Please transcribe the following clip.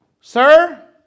Sir